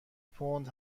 پوند